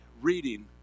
reading